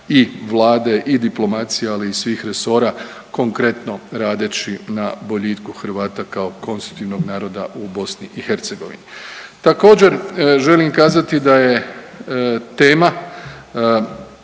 i Vlade i diplomacije, ali i svih resora, konkretno radeći na boljitku Hrvata kao konstitutivnog naroda u BiH. Također, želim kazati da je tema